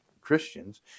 Christians